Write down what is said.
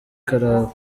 karahava